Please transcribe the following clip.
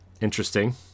interesting